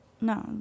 No